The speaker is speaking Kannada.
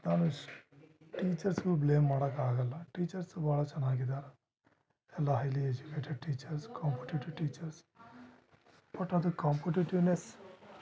ನಾನು ಸ್ ಟೀಚರ್ಸ್ಗೂ ಬ್ಲೇಮ್ ಮಾಡಕ್ಕೆ ಆಗೋಲ್ಲ ಟೀಚರ್ಸ್ ಭಾಳ ಚೆನ್ನಾಗಿದ್ದ ಎಲ್ಲ highly educated teachers competitive teachers but ಅದಕ್ಕೆ ಕಾಂಪಿಟೇಟಿವ್ನೆಸ್